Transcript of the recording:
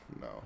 no